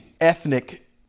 ethnic